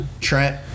Trent